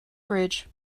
bridge